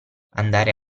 andare